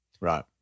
Right